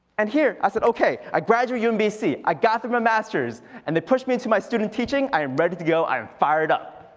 and here i said okay, i graduated umbc, i got through my masters and they pushed me into my student teaching. i am ready to go, i am fired up.